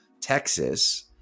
Texas